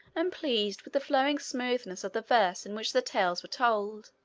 and pleased with the flowing smoothness of the verse in which the tales were told.